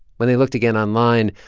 when they looked again online,